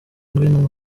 ngwino